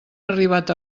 arribat